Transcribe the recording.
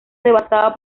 devastada